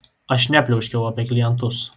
aš nepliauškiau apie klientus